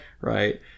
Right